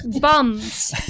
Bums